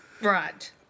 Right